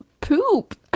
poop